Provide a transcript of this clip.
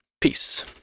Peace